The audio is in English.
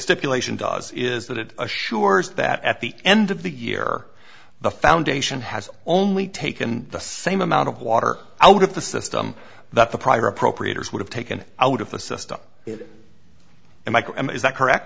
stipulation does is that it assures that at the end of the year the foundation has only taken the same amount of water out of the system that the prior appropriators would have taken out of the system is that correct